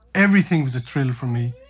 everything was a thrill for me.